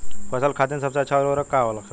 फसल खातीन सबसे अच्छा उर्वरक का होखेला?